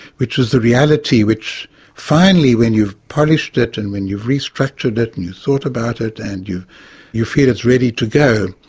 which is the reality which finally when you've polished it and when you've restructured it and thought about it and you you feel it's ready to go,